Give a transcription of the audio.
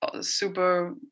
super